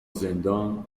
زندان